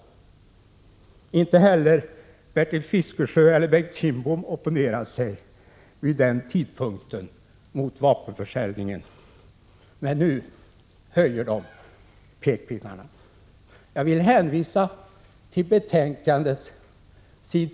Inte heller Bertil Fiskesjö eller Bengt Kindbom opponerade sig vid den tidpunkten mot vapenförsäljningen. Men nu höjer de pekpinnarna. Jag vill hänvisa tills.